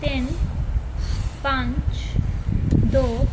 ਤਿੰਨ ਪੰਜ ਦੋ